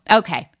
okay